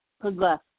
progress